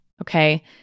okay